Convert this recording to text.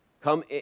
Come